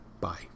Bye